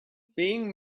being